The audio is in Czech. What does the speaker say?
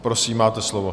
Prosím, máte slovo.